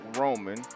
Roman